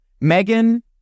Megan